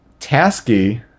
Tasky